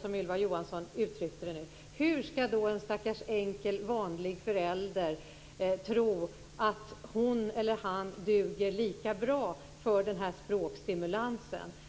som Ylva Johansson nu uttryckte det, hur skall då en stackars enkel, vanlig förälder kunna tro att hon eller han duger lika bra för den här språkstimulansen?